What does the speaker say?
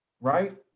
right